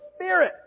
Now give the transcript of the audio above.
Spirit